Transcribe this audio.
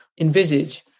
envisage